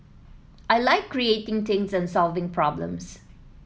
I like creating things and solving problems